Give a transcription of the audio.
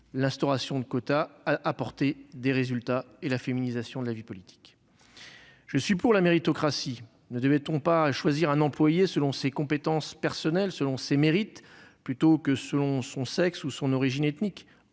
l'instauration de quotas a donné des résultats et a permis sa féminisation. Je suis pour la méritocratie : ne devrait-on pas choisir un employé selon ses compétences personnelles, selon ses mérites, plutôt que selon son sexe ou son origine ethnique ?